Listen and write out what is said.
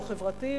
"לא חברתיים",